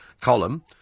column